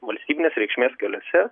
valstybinės reikšmės keliuose